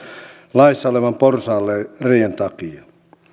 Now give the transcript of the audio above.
laissa olevan porsaanreiän takia